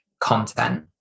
content